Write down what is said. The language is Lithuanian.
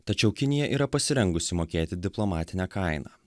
tačiau kinija yra pasirengusi mokėti diplomatinę kainą